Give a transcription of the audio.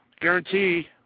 guarantee